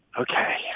Okay